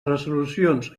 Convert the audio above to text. resolucions